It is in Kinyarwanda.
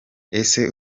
ese